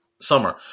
summer